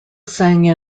sang